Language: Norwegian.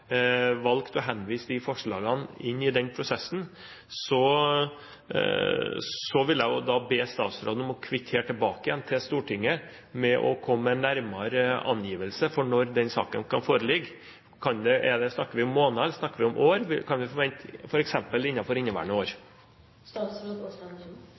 valgt å henvise forslagene inn i den prosessen, vil jeg be statsråden om å kvittere tilbake igjen til Stortinget med å komme med en nærmere angivelse av når den saken kan foreligge. Snakker vi om måneder, eller snakker vi om år? Kan vi forvente at den foreligger f.eks. i inneværende